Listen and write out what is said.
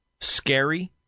scary